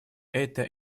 эта